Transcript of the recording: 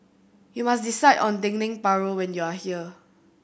you must decide on Dendeng Paru when you are here